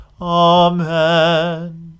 Amen